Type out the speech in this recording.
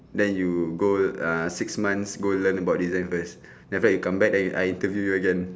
then you go uh six months go learn about design first then after you come back then I interview you again